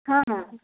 हँ